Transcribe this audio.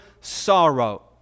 sorrow